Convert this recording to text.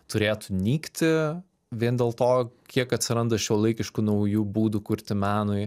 turėtų nykti vien dėl to kiek atsiranda šiuolaikiškų naujų būdų kurti menui